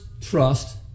trust